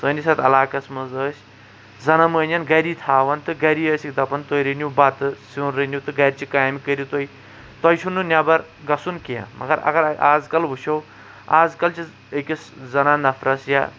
سٲنِس یَتھ علاقَس منٛز ٲسۍ زَنان موہنِیَن گری تھاوان تہٕ گری ٲسِکھ دَپان تُہۍ رٔنِو بَتہٕ سیُن رٔنِو تہٕ گرِچہِ کامہِ کٔرِو تُہۍ تۄہہ چھُ نہٕ نیٚبَر گژھُن کیٚنٛہہ مَگر اَگر آز کَل وٕچھو آز کل چھٕ أکِس زَنان نَفرَس یا